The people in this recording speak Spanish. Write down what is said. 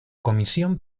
comisión